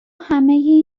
همهی